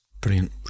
Brilliant